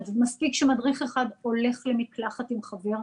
מספיק שמדריך אחד הולך למקלחת עם חבר,